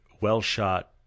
well-shot